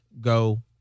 go